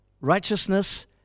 righteousness